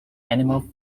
animal